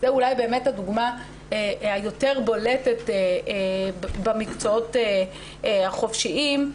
זו אולי הדוגמה היותר בולטת במקצועות החופשיים.